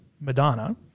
Madonna